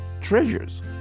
treasures